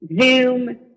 Zoom